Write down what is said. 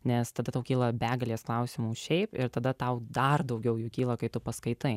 nes tada tau kyla begalės klausimų šiaip ir tada tau dar daugiau jų kyla kai paskaitai